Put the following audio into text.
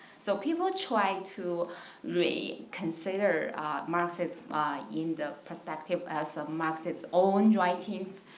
so people try to re consider marxist in the perspective as a marxist own writings,